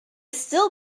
still